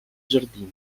giardino